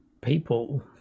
people